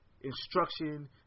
instruction